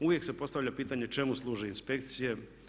Uvijek se postavlja pitanje čemu služe inspekcije?